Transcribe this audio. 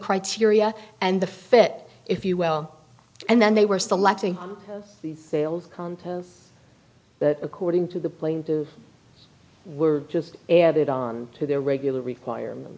criteria and the fit if you will and then they were selecting the sales contests but according to the plane to were just added on to their regular requirements